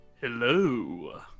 Hello